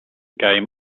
game